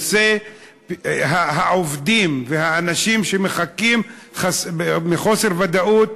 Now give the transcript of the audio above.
נושא העובדים והאנשים שמחכים בחוסר ודאות: